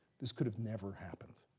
this could have never happened.